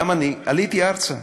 גם אני עליתי ארצה.